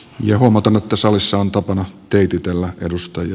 ja huomautan että salissa on tapana teititellä edustajia